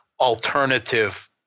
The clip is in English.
alternative